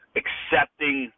accepting